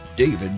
David